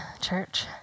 church